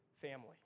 family